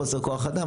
מחסור בכוח אדם,